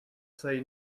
say